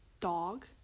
dog